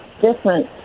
different